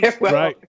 right